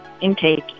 intake